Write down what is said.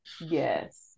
yes